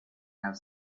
have